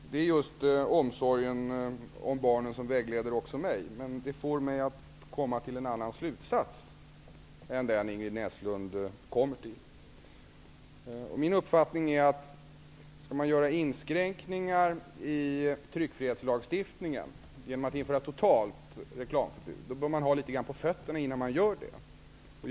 Fru talman! Det är just omsorgen om barnen som vägleder även mig. Men det här får mig att komma fram till en annan slutsats än den Ingrid Näslund kommer fram till. Min uppfattning är att om inskränkningar görs i tryckfrihetslagstiftningen genom att införa totalt reklamförbud, bör man ha litet grand på fötterna innan det görs.